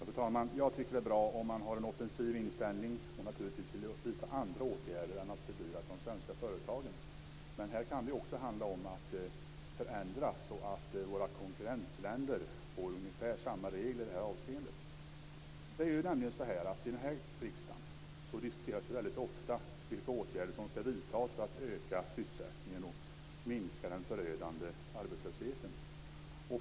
Fru talman! Jag tycker att det är bra om man har en offensiv inställning. Naturligtvis vill jag vidta andra åtgärder än att fördyra för de svenska företagen. Men här kan det också handla om att förändra så att våra konkurrentländer får ungefär samma regler i detta avseende. I riksdagen diskuteras väldigt ofta vilka åtgärder som skall vidtas för att öka sysselsättningen och minska den förödande arbetslösheten.